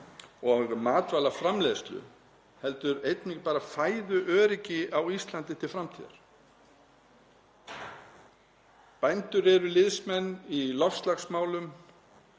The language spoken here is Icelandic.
og matvælaframleiðslu heldur einnig fæðuöryggi á Íslandi til framtíðar. Bændur eru liðsmenn í loftslagsmálum,